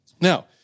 Now